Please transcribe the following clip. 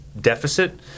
deficit